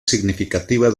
significativa